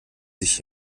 sich